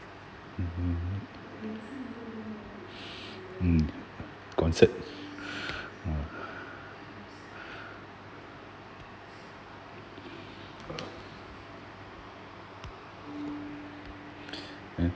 mmhmm mm concert ah